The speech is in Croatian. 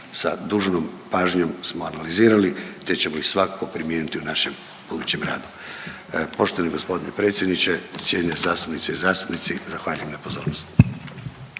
sa dužnom pažnjom samo analizirali te ćemo ih svakako primijeniti u našem budućem radu. Poštovani g. predsjedniče, cijenjene zastupnice i zastupnici, zahvaljujem na pozornosti.